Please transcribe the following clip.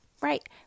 right